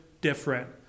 different